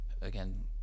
again